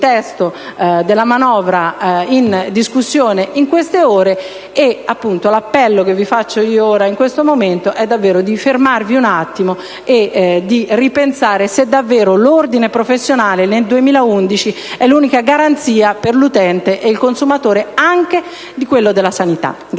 testo della manovra in discussione in queste ore. L'appello che vi faccio in questo momento è davvero di fermarvi un attimo e di ripensare se davvero l'ordine professionale nel 2011 sia l'unica garanzia per l'utente e il consumatore, anche nel settore della sanità.